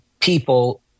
people